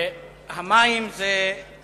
מים זה זכות